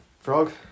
Frog